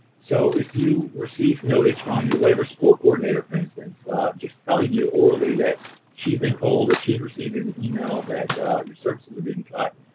so if you receive notice from your waiver support coordinator for instance just telling you orally that she's been told or she has received an e-mail that your services are being cut,